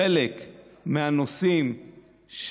חלק מהנושאים,